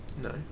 no